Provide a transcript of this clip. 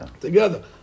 together